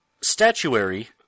statuary